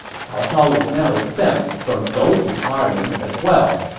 cao cao was now exempt from those requirements as well.